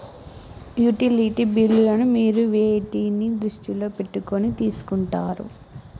Utility బిల్లులను మీరు వేటిని దృష్టిలో పెట్టుకొని తీసుకుంటారు?